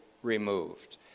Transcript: Removed